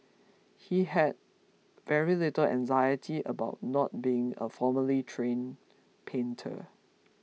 he had very little anxiety about not being a formally trained painter